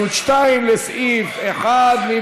מי